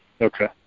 Okay